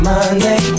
Monday